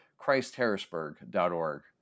ChristHarrisburg.org